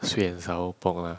sweet and sour pork